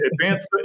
advance